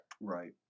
Right